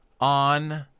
on